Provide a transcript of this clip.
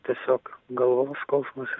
tiesiog galvos skausmas